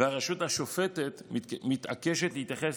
והרשות השופטת מתעקשת להתייחס